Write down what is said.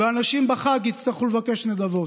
ואנשים בחג יצטרכו לבקש נדבות.